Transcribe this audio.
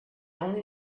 only